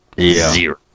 zero